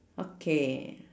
okay